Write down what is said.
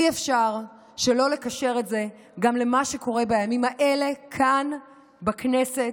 אי-אפשר שלא לקשר את זה גם למה שקורה בימים האלה כאן בכנסת,